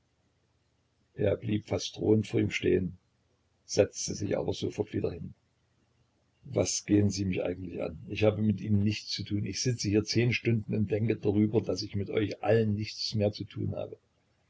er blieb fast drohend vor ihm stehen setzte sich aber sofort wieder hin was gehen sie mich eigentlich an ich habe mit ihnen nichts zu tun ich sitze hier zehn stunden und denke darüber daß ich mit euch allen nichts mehr zu tun habe